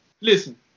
Listen